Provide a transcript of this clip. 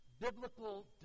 biblical